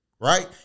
right